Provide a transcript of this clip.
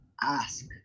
ask